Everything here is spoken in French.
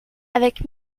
avec